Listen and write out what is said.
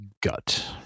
gut